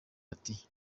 ati